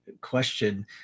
question